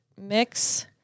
Mix